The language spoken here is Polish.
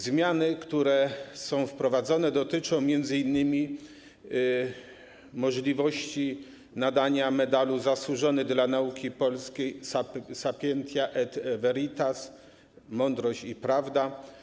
Zmiany, które są wprowadzone, dotyczą m.in. możliwości nadania Medalu ˝Zasłużony dla Nauki Polskiej Sapientia et Veritas˝, mądrość i prawda.